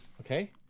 Okay